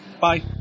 Bye